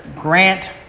Grant